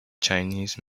chinese